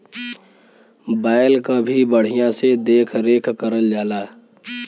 बैल क भी बढ़िया से देख रेख करल जाला